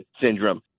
syndrome